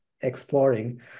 exploring